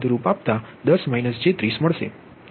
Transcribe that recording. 03 જે 10 j30 મળે